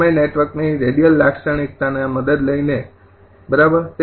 તમે નેટવર્કની રેડિયલ લાક્ષણિકતાના મદદ લઈને બરાબર